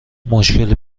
مشکلی